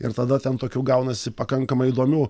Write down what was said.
ir tada ten tokių gaunasi pakankamai įdomių